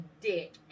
dick